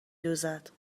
دوزد